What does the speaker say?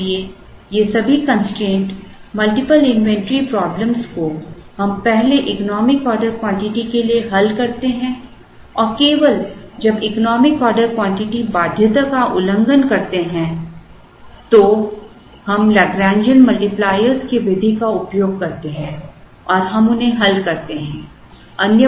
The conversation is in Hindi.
इसलिए ये सभी कंस्ट्रेंट मल्टीपल इन्वेंटरी प्रॉब्लम को हम पहले इकोनॉमिक ऑर्डर क्वांटिटी के लिए हल करते हैं और केवल जब इकोनॉमिक ऑर्डर क्वांटिटी बाध्यता का उल्लंघन करते हैं तो हम लैग्रैन्जियन मल्टीप्लायरों की विधि का उपयोग करते हैं और हम उन्हें हल करते हैं